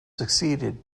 succeeded